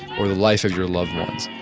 or the life of your loved ones,